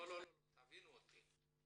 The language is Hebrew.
לא, תבינו אותי.